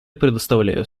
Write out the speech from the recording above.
предоставляю